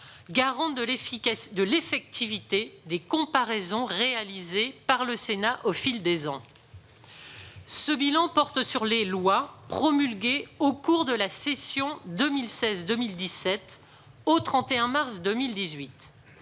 garante de l'effectivité des comparaisons réalisées par la Haute Assemblée au fil des ans. Ce bilan porte sur l'application des lois promulguées au cours de la session 2016-2017 au 31 mars 2018.